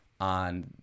on